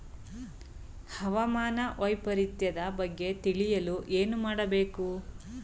ಹವಾಮಾನ ವೈಪರಿತ್ಯದ ಬಗ್ಗೆ ತಿಳಿಯಲು ಏನು ಮಾಡಬೇಕು?